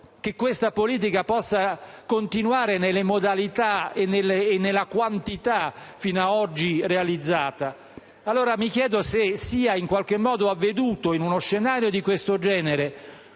che questa politica possa continuare nelle modalità e nella quantità fino ad oggi realizzata. Mi chiedo allora se per l'Italia sia avveduto, in uno scenario di questo genere,